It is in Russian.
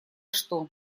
что